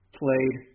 played